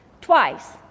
twice